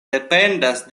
dependas